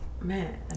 man